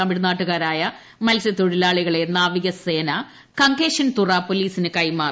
തമിഴ്നാട്ടുകാരായ മത്സൃത്തൊഴിലാളികളെ നാവികസേന കങ്കേശൻതുറ പോലീസിന് കൈമാറി